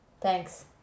Thanks